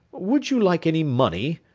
would you like any money?